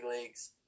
leagues